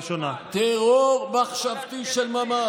תראו מה קורה בצמרת הליכוד,